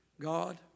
God